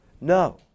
No